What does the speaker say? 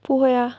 不会 ah